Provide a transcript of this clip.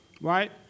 right